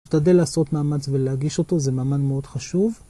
להשתדל לנסות לעשות מאמץ ולהגיש אותו זה מעמד מאוד חשוב.